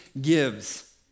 gives